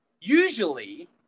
usually